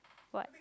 what